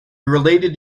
related